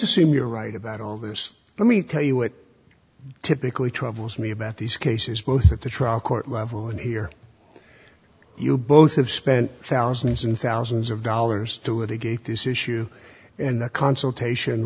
assume you're right about all this let me tell you it typically troubles me about these cases both at the trial court level and here you both have spent thousands and thousands of dollars to it against this issue and the consultation